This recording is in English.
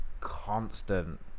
constant